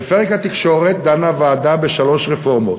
בפרק התקשורת דנה הוועדה בשלוש רפורמות,